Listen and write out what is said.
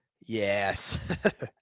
Yes